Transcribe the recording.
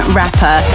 rapper